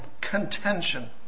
contention